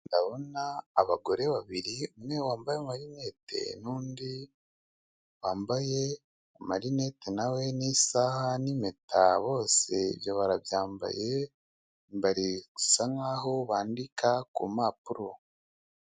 Ndabona abagore babiri umwe wambaye marinete, nundi wambaye amarinette nawe nisaha n'impeta bose ibyo barabyambaye barasa nkaho bandika ku mpapuro.